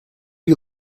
you